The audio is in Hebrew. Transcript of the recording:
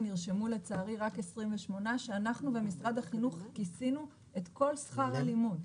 נרשמו לצערי רק 28. אנחנו ומשרד החינוך כיסינו את כל שכר הלימוד.